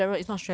no meh